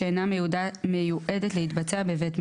שאינה מיועדת להתבצע בבית מגורים: